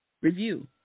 review